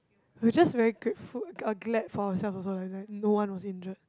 we just very grateful uh glad for ourselves also like that no one was injured